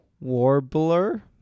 Warbler